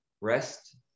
rest